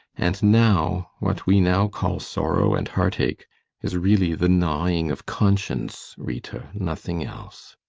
and now, what we now call sorrow and heartache is really the gnawing of conscience, rita. nothing else.